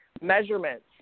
measurements